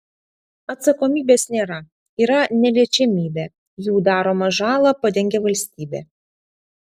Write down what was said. atsakomybės nėra yra neliečiamybė jų daromą žalą padengia valstybė